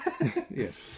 Yes